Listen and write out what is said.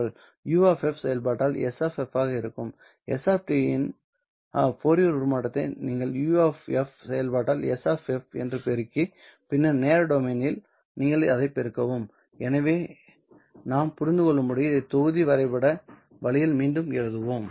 U செயல்பாட்டால் S ஆக இருக்கும் S இன் ஃபோரியர் உருமாற்றத்தை நீங்கள் U செயல்பாட்டால் S என்று பெருக்கி பின்னர் நேர டொமைனில் நீங்கள் இதை பெருக்கவும் எனவே இதை நாம் புரிந்து கொள்ளும்படி இதை தொகுதி வரைபட வழியில் மீண்டும் எழுதுவோம்